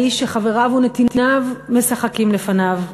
האיש שחבריו ונתיניו משחקים לפניו.